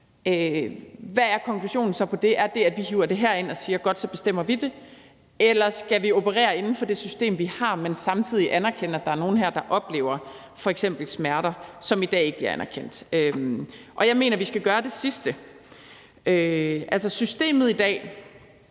Hvad er konklusionen så på det? Er det, at vi hiver det herind og siger: Godt, så bestemmer vi det? Eller skal vi operere inden for det system, vi har, men samtidig anerkende, at der er nogle her, der f.eks. oplever smerter, som i dag ikke bliver anerkendt? Jeg mener, vi skal gøre det sidste. Altså, systemet i dag